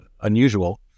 unusual